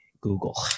Google